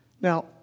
Now